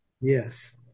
Yes